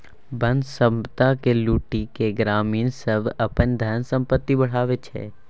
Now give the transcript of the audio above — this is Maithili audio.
बन संपदा केर लुटि केँ ग्रामीण सब अपन धन संपैत बढ़ाबै छै